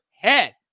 head